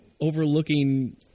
overlooking